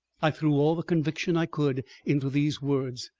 i threw all the conviction i could into these words.